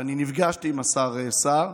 ואני נפגשתי עם השר סער,